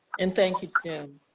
and thank you, kim.